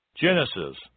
Genesis